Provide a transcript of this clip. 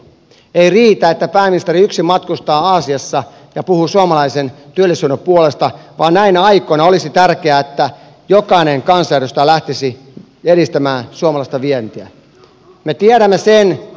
ei riitä että pääministeri yksin matkustaa aasiassa ja puhuu suomalaisen työllisyyden puolesta vaan näinä aikoina olisi tärkeää että jokainen kansanedustaja lähtisi edistämään suomalaista vientiä